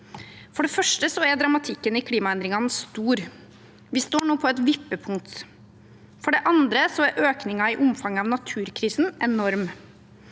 For det første er dramatikken i klimaendringene stor. Vi står nå på et vippepunkt. For det andre er økningen i omfanget av naturkrisen enorm.